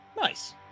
Nice